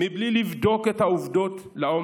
בלי לבדוק את העובדות לעומק.